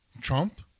Trump